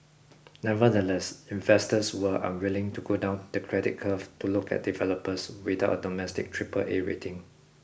nevertheless investors were unwilling to go down the credit curve to look at developers without a domestic Triple A rating